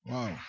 Wow